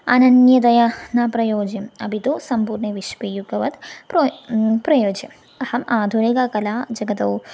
अनन्यतया न प्रयोज्यम् अपि तु सम्पूर्णे विश्वे युगवत् प्रो प्रयोज्यम् अहम् आधुनिककला जगतौ